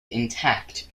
intact